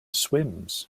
swims